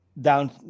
down